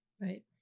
Right